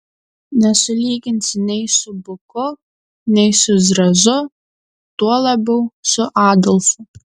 nesulyginsi nei su buku nei su zrazu tuo labiau su adolfu